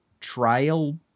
trial